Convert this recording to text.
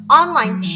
online